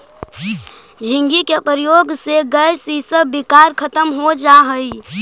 झींगी के प्रयोग से गैस इसब विकार खत्म हो जा हई